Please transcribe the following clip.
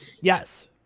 Yes